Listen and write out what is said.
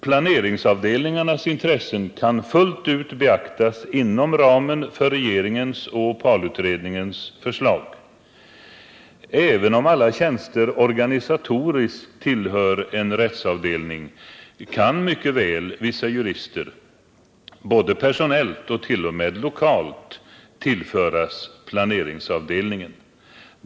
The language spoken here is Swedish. Planeringsavdelningarnas intressen kan fullt ut beaktas inom ramen för regeringens och OPAL-utredningens förslag. Även om alla tjänster organisatoriskt tillhör en rättsavdelning, kan mycket väl vissa jurister, både personellt och t.o.m. lokalt, tillföras planeringsavdelningen.